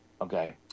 Okay